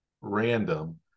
random